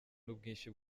n’ubwinshi